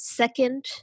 second